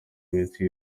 iminsi